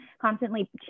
constantly